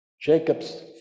Jacob's